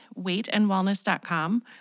weightandwellness.com